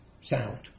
sound